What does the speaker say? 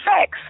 sex